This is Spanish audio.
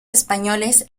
españoles